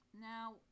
Now